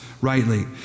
rightly